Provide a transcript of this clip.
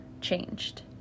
changed